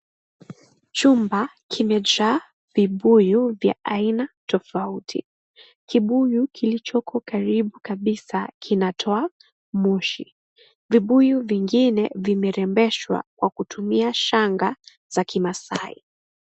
Chumba kimejaa vibuyu vya aina tofauti. Kibuyu kilichoko karibu kabisa kinatoa moshi. Vibuyu vingine vimerebeshwa kwa kutumia shanga za kimasai.